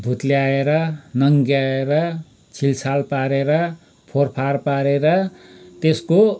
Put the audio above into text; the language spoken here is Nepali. भुत्ल्याएर नङ्ग्याएर छिलछाल पारेर फोरफार पारेर त्यसको